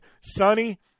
sunny